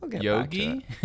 Yogi